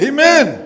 Amen